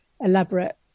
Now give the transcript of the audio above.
elaborate